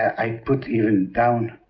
i put even down